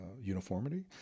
uniformity